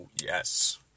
yes